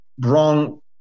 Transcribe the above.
wrong